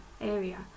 area